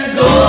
go